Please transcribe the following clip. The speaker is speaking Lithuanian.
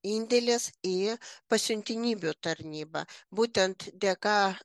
indėlis į pasiuntinybių tarnybą būtent dėka